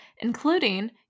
including